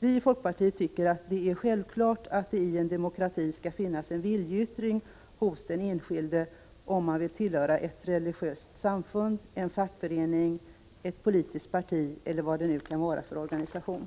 Vi i folkpartiet tycker att det är självklart att det i en demokrati skall finnas en viljeyttring hos den enskilde om han vill tillhöra ett religiöst samfund, en fackförening, ett politiskt parti eller var det nu kan vara för organisation.